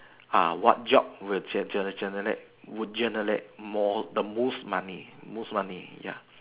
uh what job would gen gen generate would generate more the most money most money ya